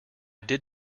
did